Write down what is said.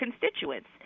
constituents